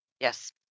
Yes